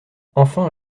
enfin